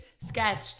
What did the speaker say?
sketch